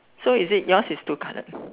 so is it your's is two colour